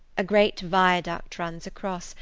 a great viaduct runs across,